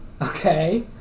Okay